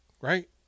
Right